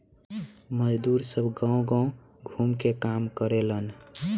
मजदुर सब गांव गाव घूम के काम करेलेन